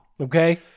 Okay